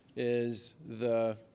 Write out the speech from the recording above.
is the